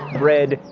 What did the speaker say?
bread,